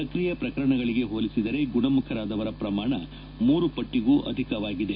ಸಕ್ರಿಯ ಪ್ರಕರಣಗಳಿಗೆ ಹೋಲಿಸಿದರೆ ಗುಣಮುಖರಾದವರ ಪ್ರಮಾಣ ಮೂರು ಪಟ್ಲಗೂ ಅಧಿಕವಾಗಿದೆ